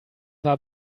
war